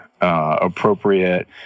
appropriate